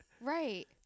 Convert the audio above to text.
Right